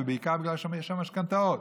ובעיקר בגלל שאין שם משכנתאות,